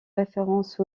référence